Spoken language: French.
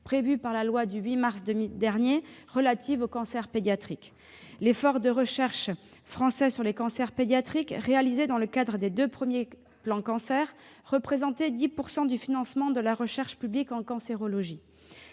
prévue par la loi du 8 mars dernier relative aux cancers pédiatriques. L'effort de recherche français sur les cancers pédiatriques, réalisé dans le cadre des deux premiers plans Cancer, représentait 10 % du financement de la recherche publique en cancérologie.